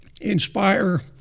inspire